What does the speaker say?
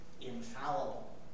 infallible